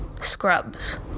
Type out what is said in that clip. Scrubs